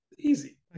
Easy